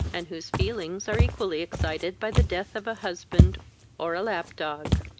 and whose feelings are equally excited by the death of a husband or a lap-dog.